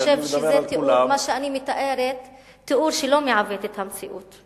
אבל אני חושבת שמה שאני מתארת זה תיאור שלא מעוות את המציאות,